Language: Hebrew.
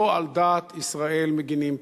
לא על דעת ישראל מגינים פה,